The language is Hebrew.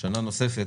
שנה נוספת